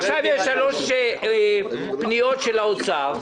עכשיו יש שלוש פניות של האוצר.